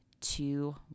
two